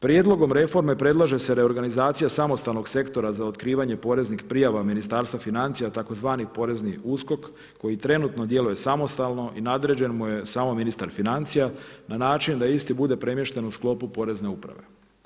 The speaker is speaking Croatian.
Prijedlogom reforme predlaže se reorganizacija samostalnog sektora za otkrivanje poreznih prijava ministarstva financija tzv. porezni USKOK koji trenutno djeluje samostalno i nadređen mu je samo ministar financija na način da isti bude premješten u sklopu porezne uprave.